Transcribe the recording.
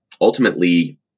Ultimately